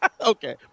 Okay